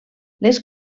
les